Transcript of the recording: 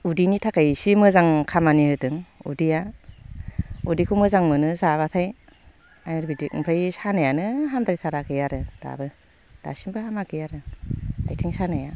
उदैनि थाखाय इसे मोजां खामानि होदों उदैया उदैखो मोजां मोनो जाबाथाय आयुर्बेदिक ओमफ्राय सानायानो हामद्रायथाराखै आरो दाबो दासिमबो हामाखै आरो आथिं सानाया